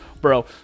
bro